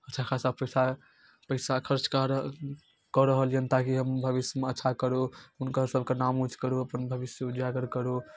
अच्छा खासा पैसा पैसा खर्च कऽ रहल कऽ रहल यए ताकि हम भविष्यमे अच्छा करू हुनकर सभके नाम ऊँच करू अपन भविष्य उजागर करू